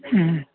ꯎꯝ